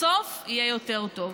בסוף יהיה יותר טוב.